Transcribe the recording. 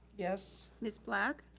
yes. miss black.